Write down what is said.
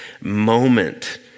moment